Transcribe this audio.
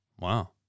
Wow